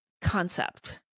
concept